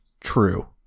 true